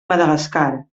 madagascar